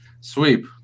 Sweep